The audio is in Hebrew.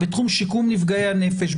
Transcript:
בתחום שיקום נפגעי הנפש,